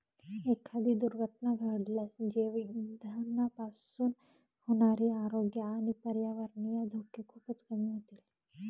एखादी दुर्घटना घडल्यास जैवइंधनापासून होणारे आरोग्य आणि पर्यावरणीय धोके खूपच कमी होतील